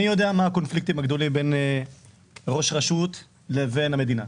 אני יודע מה הקונפליקטים הגדולים בין ראש רשות מקומית לבין המדינה.